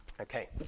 Okay